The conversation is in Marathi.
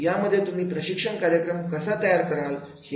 यामध्ये तुम्ही प्रशिक्षण कार्यक्रम कसा तयार करतात ही असेल